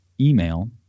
email